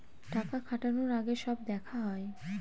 টাকা খাটানোর আগে সব দেখা হয়